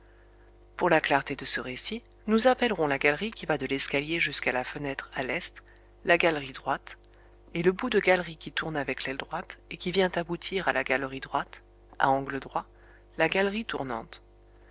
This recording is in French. pour la clarté de ce récit nous appellerons la galerie qui va de l'escalier jusqu'à la fenêtre à l'est la galerie droite et le bout de galerie qui tourne avec l'aile droite et qui vient aboutir à la galerie droite à angle droit la galerie tournante